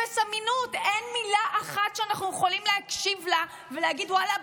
אין מילה אחת שאנחנו יכולים להקשיב לה ולהגיד: ואללה,